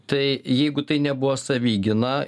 tai jeigu tai nebuvo savigyna